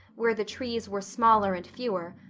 where the trees were smaller and fewer,